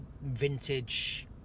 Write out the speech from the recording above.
vintage